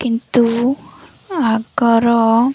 କିନ୍ତୁ ଆଗର